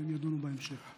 והן יידונו בהמשך.